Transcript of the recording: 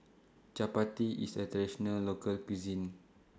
Chapati IS A Traditional Local Cuisine